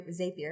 Zapier